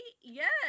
yes